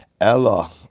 Ella